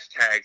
hashtags